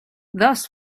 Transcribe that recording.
thus